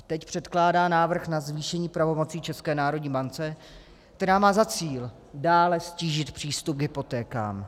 A teď předkládá návrh na zvýšení pravomoci České národní bance, která má za cíl dále ztížit přístup k hypotékám.